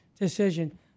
decision